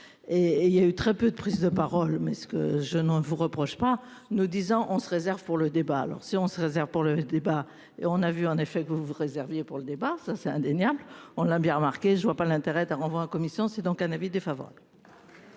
et il y a eu très peu de prise de parole, mais ce que je ne vous reproche pas nous disant on se réserve pour le débat. Alors si on se réserve pour le débat et on a vu en effet que vous réserviez pour le départ, ça c'est indéniable, on l'a bien remarqué, je ne vois pas l'intérêt d'un renvoi en commission. C'est donc un avis défavorable.